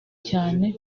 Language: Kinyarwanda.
cyane